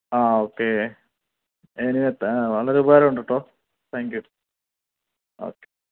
ആ ഓക്കേ ഇതിന് താ വളരെ ഉപകാരമുണ്ട് കെട്ടോ താങ്ക്യൂ ഓക്കെ